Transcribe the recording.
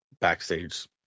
backstage